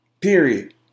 Period